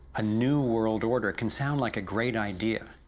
a new world order can sound like a great idea,